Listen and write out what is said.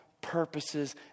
purposes